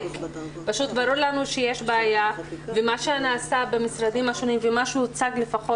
ברור לנו שיש בעיה ומה שנעשה במשרדים השונים ומה שהוצג לפחות